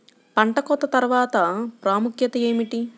పంట కోత తర్వాత ప్రాముఖ్యత ఏమిటీ?